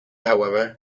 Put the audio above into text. however